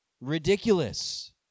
ridiculous